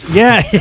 yeah.